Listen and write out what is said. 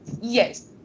Yes